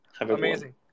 amazing